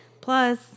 Plus